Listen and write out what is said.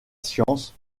science